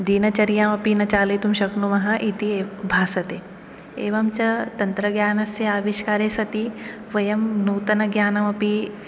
दिनचर्यामपि न चालितुं शक्नुमः इति भासते एवञ्च तन्त्रज्ञानस्य आविष्कारे सति वयं नूतनज्ञानमपि